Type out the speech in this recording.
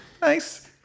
Nice